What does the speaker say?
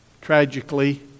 Tragically